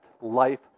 life